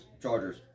chargers